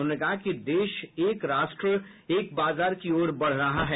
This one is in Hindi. उन्होंने कहा कि देश एक राष्ट्र एक बाजार की ओर बढ़ रहा है